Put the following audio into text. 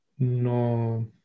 No